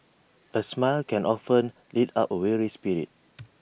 A smile can often lift up A weary spirit